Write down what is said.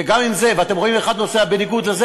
ואתם רואים אחד נוסע בניגוד לחוקים,